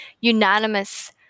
unanimous